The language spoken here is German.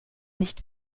nicht